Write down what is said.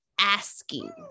asking